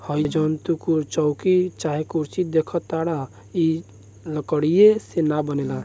हइ जवन तू चउकी चाहे कुर्सी देखताड़ऽ इ लकड़ीये से न बनेला